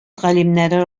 галимнәре